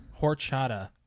horchata